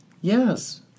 yes